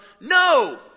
No